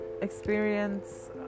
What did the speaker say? experience